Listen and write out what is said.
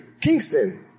Kingston